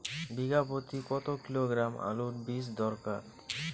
বিঘা প্রতি কত কিলোগ্রাম আলুর বীজ দরকার?